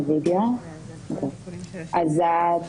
היושב-ראש,